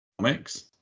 comics